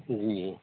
جی